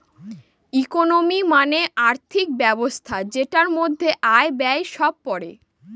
economy মানে আর্থিক ব্যবস্থা যেটার মধ্যে আয়, ব্যয় সব পড়ে